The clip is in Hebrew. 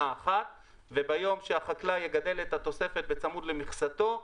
אחת וביום שהחקלאי יגדל לאת התוספת בצמוד למכסתו,